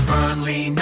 Burnley